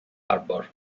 harbor